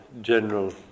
general